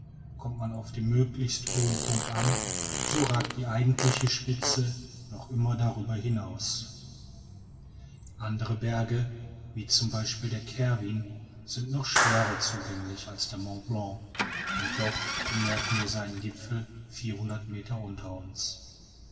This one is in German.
kommt man auf dem möglichst hohen punkt an so ragt die eigentliche spitze noch immer darüber hinaus andere berge wie z b der cervin sind noch schwerer zugänglich als der mont blanc und doch bemerkten wir seinen gipfel meter unter uns